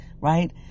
right